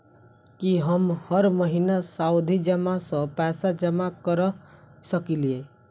की हम हर महीना सावधि जमा सँ पैसा जमा करऽ सकलिये?